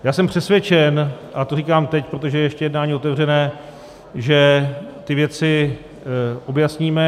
Já jsem přesvědčen, a to říkám teď, protože je ještě jednání otevřené, že ty věci objasníme.